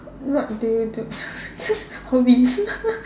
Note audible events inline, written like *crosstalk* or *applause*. what do you do *laughs* hobbies *laughs*